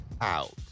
Out